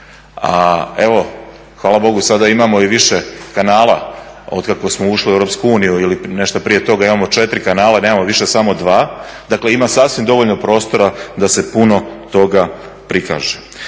A evo hvala Bogu sada imamo i više kanala otkako smo ušli u Europsku uniju ili nešto prije toga imamo četiri kanala, nemamo više samo dva. Dakle ima sasvim dovoljno prostora da se puno toga prikaže.